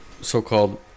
so-called